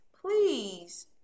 please